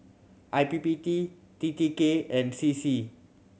I P P T T T K and C C